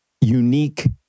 unique